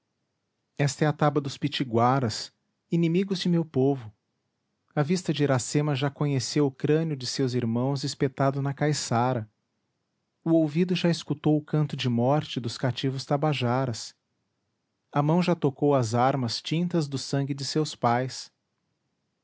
esta é a taba dos pitiguaras inimigos de meu povo a vista de iracema já conheceu o crânio de seus irmãos espetado na caiçara o ouvido já escutou o canto de morte dos cativos tabajaras a mão já tocou as armas tintas do sangue de seus pais